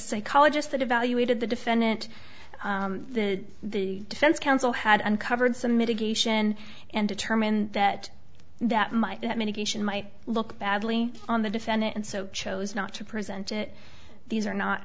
psychologists that evaluated the defendant the defense counsel had uncovered some mitigation and determined that that might that medication might look badly on the defendant and so chose not to present it these are not